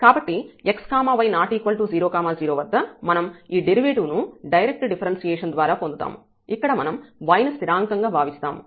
కాబట్టి xy≠00 వద్ద మనం ఈ డెరివేటివ్ ను డైరెక్ట్ డిఫరెన్షియేషన్ ద్వారా పొందుతాము ఇక్కడ మనం y ని స్థిరాంకం గా భావిస్తాము